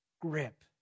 grip